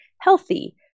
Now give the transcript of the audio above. healthy